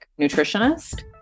nutritionist